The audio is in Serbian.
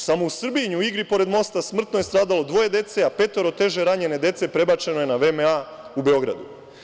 Samo u Srbinju, u igri pored mosta, smrtno je stradalo dvoje dece, a petoro teže ranjene dece prebačeno je na VMA u Beogradu.